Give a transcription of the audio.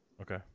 Okay